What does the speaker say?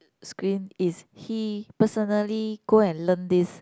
screen is he personally go and learn this